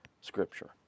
Scripture